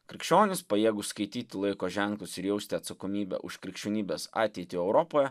krikščionis pajėgūs skaityti laiko ženklus ir jausti atsakomybę už krikščionybės ateitį europoje